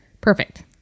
perfect